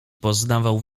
poznawał